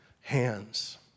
hands